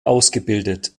ausgebildet